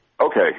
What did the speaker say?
Okay